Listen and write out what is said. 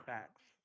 Facts